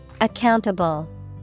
Accountable